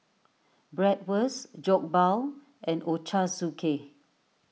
Bratwurst Jokbal and Ochazuke